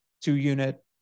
two-unit